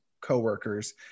coworkers